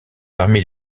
parmi